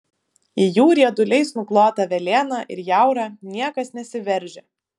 į jų rieduliais nuklotą velėną ir jaurą niekas nesiveržia